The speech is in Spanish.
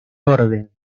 orden